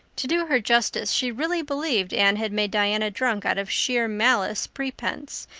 to do her justice, she really believed anne had made diana drunk out of sheer malice prepense,